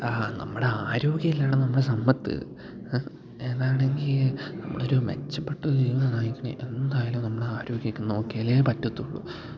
നമ്മുടെ ആരോഗ്യമല്ലേടാ നമ്മുടെ സമ്പത്ത് അതാണെങ്കിൽ നമ്മൾ ഒരു മെച്ചപ്പെട്ട ഒരു ജീവിതം നയിക്കണേ എന്തായാലും നമ്മൾ ആരോഗ്യം ഒക്കെ നോക്കിയലേ പറ്റത്തുള്ളൂ